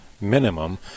minimum